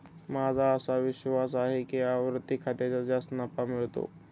माझा असा विश्वास आहे की आवर्ती खात्यात जास्त नफा मिळतो